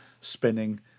spinning